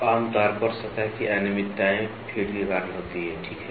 तो आम तौर पर सतह की अनियमितताएं फ़ीड के कारण होती हैं ठीक है